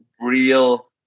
real